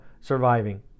surviving